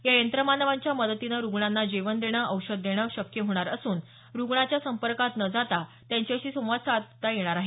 या यंत्रमानवांच्या मदतीनं रुग्णांना जेवण देणं औषधं देणं शक्य होणार असून रुग्णाच्या संपर्कात न जाता त्यांच्याशी संवादही साधता येणार आहे